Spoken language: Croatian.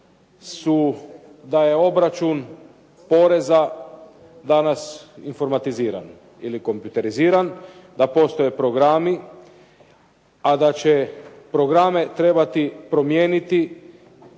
da je obračun poreza danas informatiziran ili kompjuteriziran, da postoje programi, a da će programe trebati promijeniti